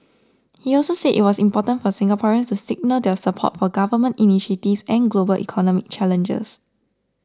he also said it was important for Singaporeans to signal their support for government initiatives and global economic challenges